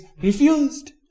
refused